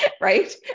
right